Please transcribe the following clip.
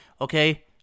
okay